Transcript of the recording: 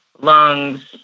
lungs